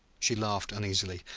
she laughed uneasily.